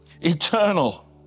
eternal